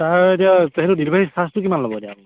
তাৰ এতিয়া সেইটো ডেলিভাৰী চাৰ্জটো কিমান ল'ব এতিয়া আপুনি